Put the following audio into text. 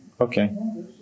Okay